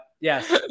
yes